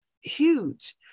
huge